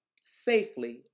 safely